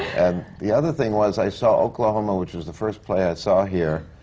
and the other thing was, i saw oklahoma, which was the first play i saw here.